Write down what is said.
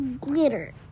glitter